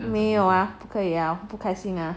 没有啊不开心啊